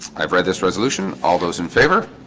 i've read this resolution all those in favor